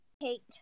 Kate